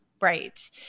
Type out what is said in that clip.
right